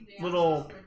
little